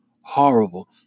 horrible